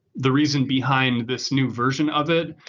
the reason behind this new version of it,